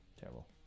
terrible